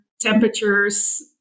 temperatures